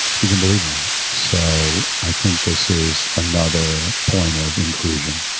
if you can believe that. so i think this is another point of inclusion.